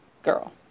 Girl